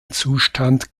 zustand